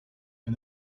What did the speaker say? and